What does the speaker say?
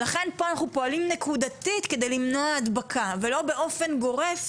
לכן פה אנחנו פועלים נקודתית כדי למנוע הדבקה ולא באופן גורף,